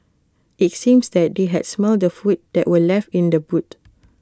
IT seemed that they had smelt the food that were left in the boot